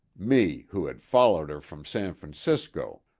me who had followed er from san francisco,